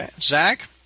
Zach